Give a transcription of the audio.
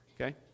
Okay